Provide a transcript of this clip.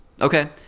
Okay